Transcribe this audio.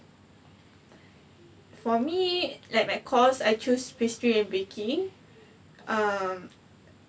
for me like my course I choose pastry and baking um